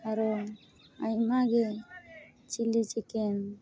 ᱟᱨᱚ ᱟᱭᱢᱟ ᱜᱮ ᱪᱤᱞᱤ ᱪᱤᱠᱮᱱ